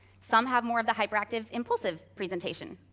some have more of the hyperactive-impulsive presentation.